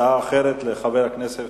הצעה אחרת לחבר הכנסת